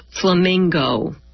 flamingo